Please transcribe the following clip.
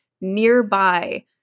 nearby